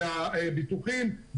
זה הביטוחים,